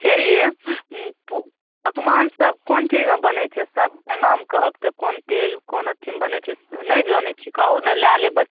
हे अइ पकवानसब कोन चीजमे बनै छै सबके नाम कहब तऽ कोन तेल कोन अथीमे बनै छै नहि जानै छी कहू ने लऽ लेब